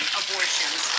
abortions